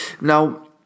Now